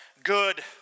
Good